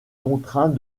contraint